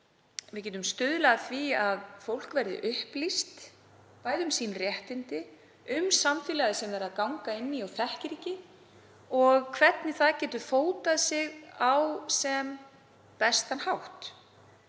Við getum stuðlað að því að fólk verði upplýst bæði um réttindi sín og um samfélagið sem það er að ganga inn í og þekkir ekki og hvernig það geti á sem bestan hátt